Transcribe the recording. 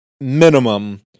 minimum